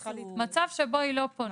-- -מצב שבו היא לא פונה